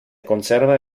conserva